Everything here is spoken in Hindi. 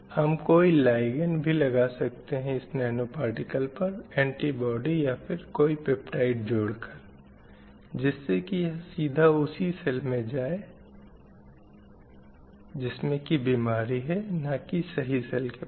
हम कोई लाईगैंड भी लगा सकते हैं इस नैनो पार्टिकल पर ऐंटीबाडी या फिर कोई पेप्टायड जोड़ कर जिससे की यह सीधा उसे सेल को जाए जिसमें की बीमारी है ना की सही सेल के पास